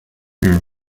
une